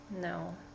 No